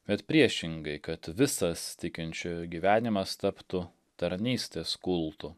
bet priešingai kad visas tikinčiojo gyvenimas taptų tarnystės kultu